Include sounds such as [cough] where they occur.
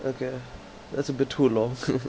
okay that's a bit too long [noise]